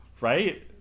right